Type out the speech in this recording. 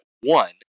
One